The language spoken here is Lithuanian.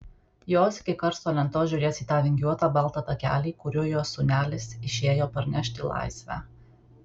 jos iki karsto lentos žiūrės į tą vingiuotą baltą takelį kuriuo jos sūnelis išėjo parnešti laisvę